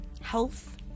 Health